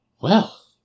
Well